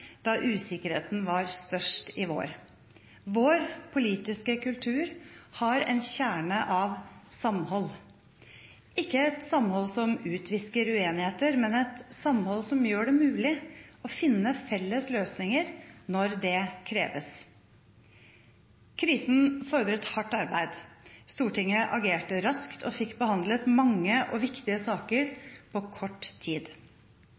da usikkerheten var størst i vår. Vår politiske kultur har en kjerne av samhold – ikke et samhold som utvisker uenigheter, men et samhold som gjør det mulig å finne felles løsninger når det kreves. Krisen fordret hardt arbeid. Stortinget agerte raskt og fikk behandlet mange og viktige saker på kort tid.